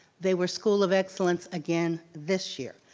they were school of excellence again this year.